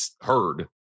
heard